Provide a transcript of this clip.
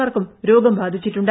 കാർക്കും രോഗം ബാധിച്ചിട്ടുണ്ട്